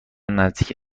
نزدیک